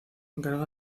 encarga